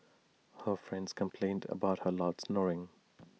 her friends complained about her loud snoring